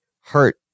hurt